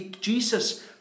Jesus